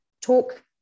talk